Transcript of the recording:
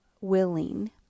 willing